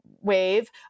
wave